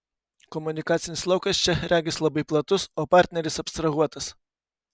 komunikacinis laukas čia regis labai platus o partneris abstrahuotas